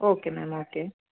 okay ma'am okay